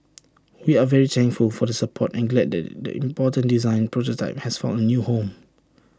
we are very thankful for the support and glad that the important design prototype has found A new home